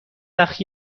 وقت